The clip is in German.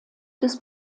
des